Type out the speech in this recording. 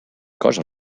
cosa